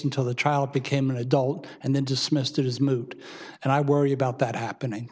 until the child became an adult and then dismissed it as moot and i worry about that happening